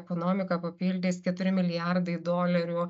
ekonomiką papildys keturi milijardai dolerių